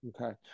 Okay